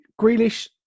Grealish